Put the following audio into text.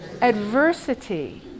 Adversity